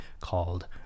called